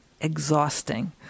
exhausting